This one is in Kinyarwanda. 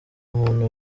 muntu